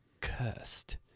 cursed